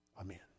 amen